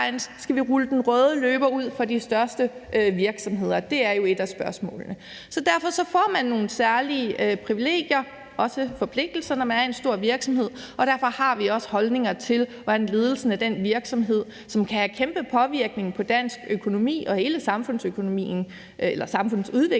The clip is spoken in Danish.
Skal vi rulle den røde løber ud for de største virksomheder? Det er jo et af spørgsmålene. Derfor får man nogle særlige privilegier, også forpligtelser, når man er en stor virksomhed, og derfor har vi også holdninger til, hvordan ledelsen af den virksomhed, som kan have kæmpe påvirkning på dansk økonomi og hele samfundsudviklingen,